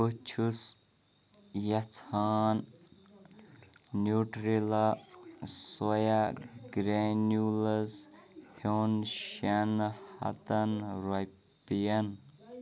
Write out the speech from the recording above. بہٕ چھُس یژھان نیوٗٹریلا سویا گرٛینیوٗلز ہیوٚن شٮ۪ن ہَتَن رۄپیَن